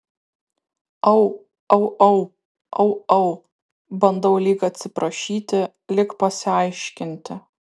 au au au au au bandau lyg atsiprašyti lyg pasiaiškinti